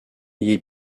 ayez